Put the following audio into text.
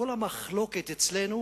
כל המחלוקת אצלנו